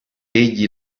egli